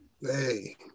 Hey